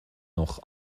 noch